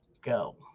go